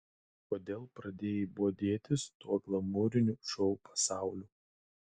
kodėl pradėjai bodėtis tuo glamūriniu šou pasauliu